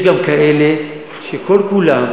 יש גם כאלה שכל כולם